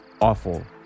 awful